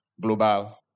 global